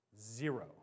Zero